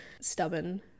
stubborn